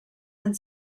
and